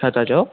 छा था चओ